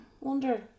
wonder